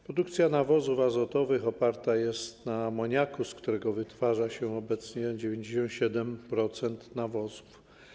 Produkcja nawozów azotowych oparta jest na amoniaku, z którego wytwarza się obecnie 97% nawozów.